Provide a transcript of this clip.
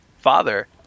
father